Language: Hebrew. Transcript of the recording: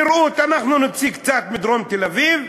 נראות, אנחנו נוציא קצת מדרום תל-אביב,